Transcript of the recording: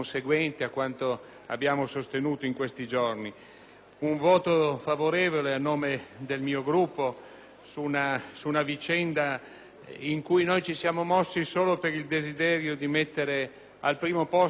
un voto favorevole a nome del mio Gruppo su una vicenda in cui noi ci siamo mossi solo per il desiderio di mettere al primo posto la difesa della vita, comunque e sempre;